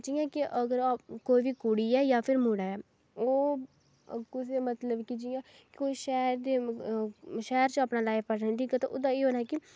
जि'यां कि अगर कोई बी कुड़ी ऐ जां फिर मुड़ा ऐ ओह् कुसै दे मतलब कि जि'यां कुछ शैह्र दे शैह्र च अपना लाइफ पार्टनर दिक्खग ते ओह्दा एह् होना कि